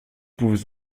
pouvez